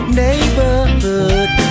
neighborhood